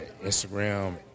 Instagram